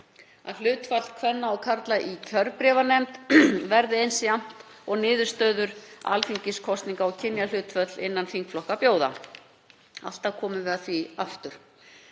að hlutfall kvenna og karla í kjörbréfanefnd verði eins jafnt og niðurstöður alþingiskosninga og kynjahlutföll innan þingflokka bjóða. Alltaf komum við að því aftur.